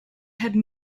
had